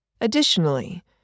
Additionally